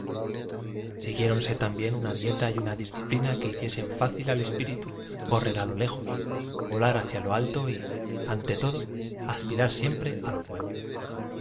siguiéronse también una dieta y una dis ciplina que hiciesen fácil al espíritu correr á lo lejos v o la r bacía lo alto y ante todo aspirar siempre á lo nnevo